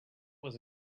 was